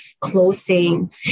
closing